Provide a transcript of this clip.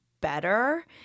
better